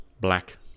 black